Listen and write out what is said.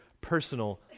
personal